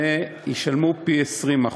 וישלמו פי-20.